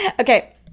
Okay